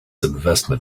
investment